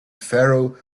pharaoh